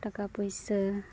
ᱴᱟᱠᱟ ᱯᱚᱭᱥᱟ